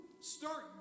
Start